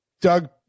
Doug